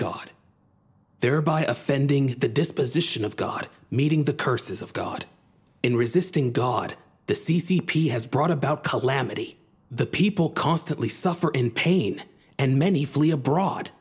god thereby offending the disposition of god meeting the curses of god in resisting god the c c p has brought about calamity the people constantly suffer in pain and many flee abroad